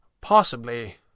Possibly